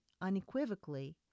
unequivocally